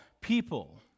people